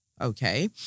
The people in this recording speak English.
okay